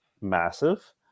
massive